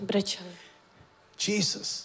Jesus